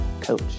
coach